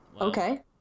okay